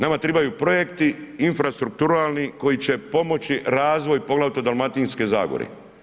Nama trebaju projekti infrastrukturalni koji će pomoći razvoju poglavito Dalmatinske zagore.